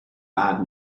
bad